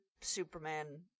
Superman